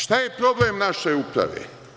Šta je problem naše uprave?